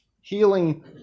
healing